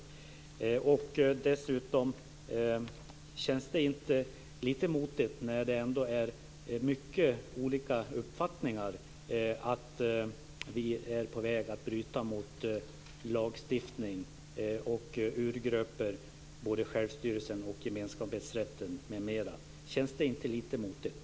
Känns det dessutom inte lite motigt när det ändå är mycket olika uppfattningar om att vi är på väg att bryta mot lagstiftning och urgröpa både självstyrelsen och gemenskaphetsrätten m.m.? Känns det inte lite motigt?